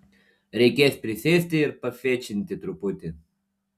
reikės prisėsti ir pafečinti truputį